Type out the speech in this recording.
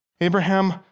Abraham